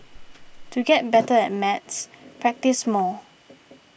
to get better at maths practise more